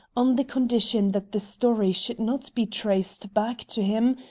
on the condition that the story should not be traced back to him,